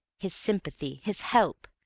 his sympathy, his help!